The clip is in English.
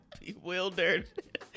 bewildered